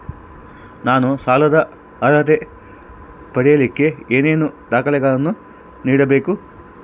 ನಾನು ಸಾಲದ ಅರ್ಹತೆ ಪಡಿಲಿಕ್ಕೆ ಏನೇನು ದಾಖಲೆಗಳನ್ನ ನೇಡಬೇಕು?